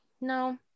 No